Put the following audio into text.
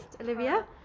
Olivia